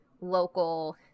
local